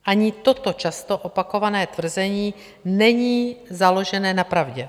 Ani toto často opakované tvrzení není založené na pravdě.